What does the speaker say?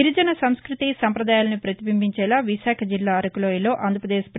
గిరిజన సంస్భుతి సాంప్రదాయాలను పతిబీంబీంచేలా వికాఖ జిల్లా అరకులోయలో ఆంధ్రప్రదేశ్ ని